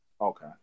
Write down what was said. Okay